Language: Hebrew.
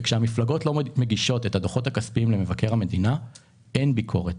כאשר המפלגות לא מגישות את הדוחות הכספיים למבקר המדינה אין ביקורת.